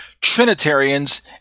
Trinitarians